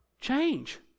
Change